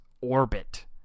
orbit